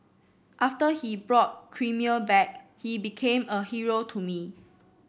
after he brought Crimea back he became a hero to me